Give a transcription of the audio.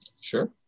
Sure